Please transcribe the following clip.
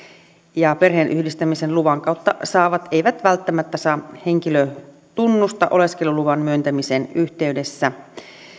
ja perheenyhdistämisen kautta luvan saavat eivät välttämättä saa henkilötunnusta oleskeluluvan myöntämisen yhteydessä